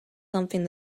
something